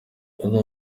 uyu